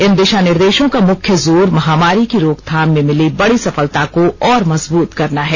इन दिशा निर्देशों का मुख्य जोर महामारी की रोकथाम में मिली बड़ी सफलता को और मजबूत करना है